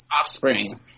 offspring